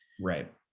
Right